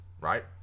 right